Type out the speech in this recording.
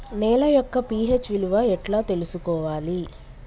నేల యొక్క పి.హెచ్ విలువ ఎట్లా తెలుసుకోవాలి?